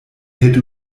hält